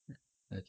ah okay